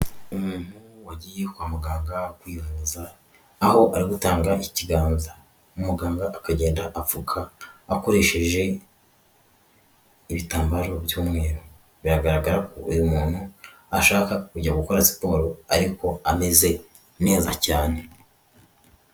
Umuntu wagiye kwa muganga kwivuza, aho ari gutanga ikiganza umuganga akagenda apfuka akoresheje ibitambaro by'umweru, biragaragara ko uyu muntu ashaka kujya gukora siporo ariko ameze neza cyane.